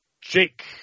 Jake